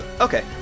okay